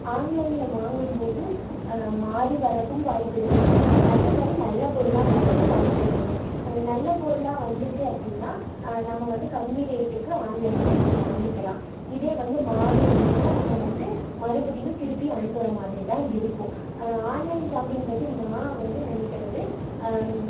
ஆன்லைனில் வாங்கும்போது மாறி வர்றதுக்கும் வாய்ப்பு இருக்குது அதே மாதிரி நல்ல பொருளாக வர்றதுக்கும் வாய்ப்பு இருக்குது நல்ல பொருளாக வந்துச்சு அப்படின்னா நம்ம வந்து கம்மி ரேட்டுக்கு ஆன்லைனில் நம்ம வாங்கிக்கலாம் இதே வந்து மாறி வந்துச்சுன்னா நம்ம வந்து மறுபடியும் திருப்பி அனுப்புகிற மாதிரிதான் இருக்கும் ஆன்லைன் ஷாப்பிங் பற்றி நான் வந்து நினைக்கிறது